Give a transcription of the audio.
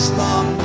long